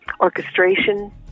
orchestration